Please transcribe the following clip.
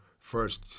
First